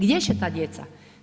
Gdje će ta djeca?